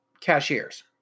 cashiers